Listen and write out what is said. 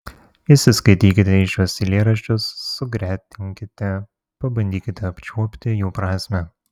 įsiskaitykite į šiuos eilėraščius sugretinkite pabandykite apčiuopti jų prasmę